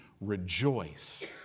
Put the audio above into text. rejoice